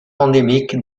endémiques